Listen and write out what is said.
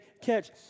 catch